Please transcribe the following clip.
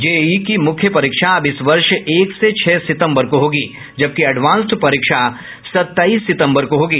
JEE की मुख्य परीक्षा अब इस वर्ष एक से छह सितम्बर को होगी जबकि एडवांस्ड परीक्षा सत्ताईस सितम्बर को होगी